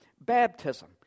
baptism